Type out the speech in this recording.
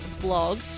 blog